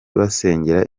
basengera